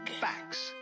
facts